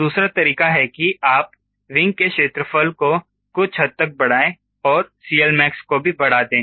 तो दूसरा तरीका है कि आप विंग के क्षेत्रफल को कुछ हद तक बढ़ाएं और 𝐶Lmax को भी बढ़ा दे